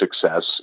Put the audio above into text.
success